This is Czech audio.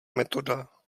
metoda